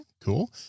cool